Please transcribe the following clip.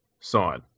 side